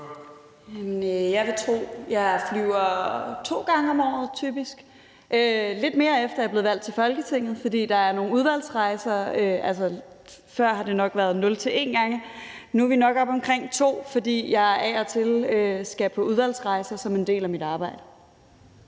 Jeg vil tro, at jeg typisk flyver to gange om året – lidt mere, efter at jeg er blevet valgt til Folketinget, fordi der er nogle udvalgsrejser. Før har det nok været nul til en gang; nu er vi nok oppe omkring to, fordi jeg af og til skal på udvalgsrejse som en del af mit arbejde.